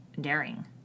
Daring